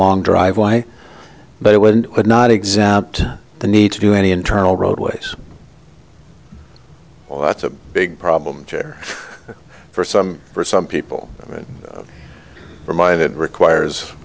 long drive why they would and would not exempt the need to do any internal roadways that's a big problem chair for some for some people it reminded requires